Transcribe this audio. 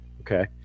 okay